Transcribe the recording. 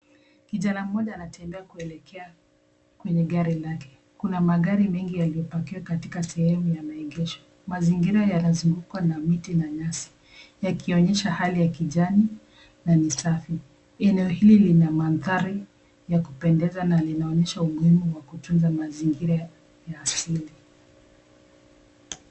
Kijana mmoja anatembea kuelekea kwenye gari lake. Kuna magari mengi yaliyopakia katika sehemu ya maegesho. Mazingira yanazugukwa na miti na nyasi. Yakionyesha hali ya kijani na ni safi. Eneo hili lina mandhari ya kupendeza na linaonyesha umuhimu wa kutunza mazingira ya asili.